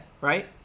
Right